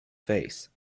face